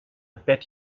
bet